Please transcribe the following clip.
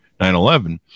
9-11